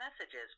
messages